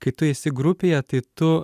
kai tu esi grupėje tai tu